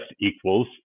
equals